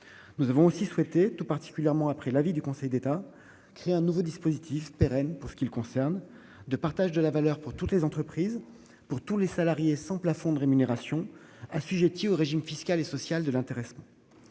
Nous avons aussi souhaité, en particulier après l'avis du Conseil d'État, créer un nouveau dispositif, pérenne celui-là, de partage de la valeur pour toutes les entreprises et tous les salariés, sans plafond de rémunération, assujetti au régime fiscal et social de l'intéressement.